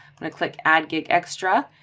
i'm gonna click add gig extra.